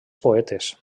poetes